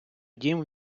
дім